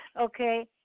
okay